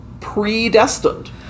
predestined